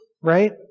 right